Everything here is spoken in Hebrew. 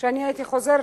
שהייתי חוזרת,